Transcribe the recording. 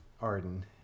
Arden